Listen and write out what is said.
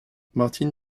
martin